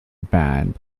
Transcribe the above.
bed